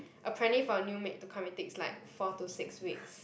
apparently for a new maid to come it takes like four to six weeks